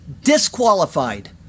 disqualified